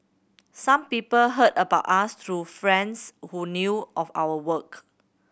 some people heard about us through friends who knew of our work